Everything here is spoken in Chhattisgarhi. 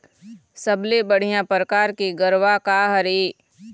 सबले बढ़िया परकार के गरवा का हर ये?